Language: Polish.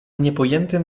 niepojętym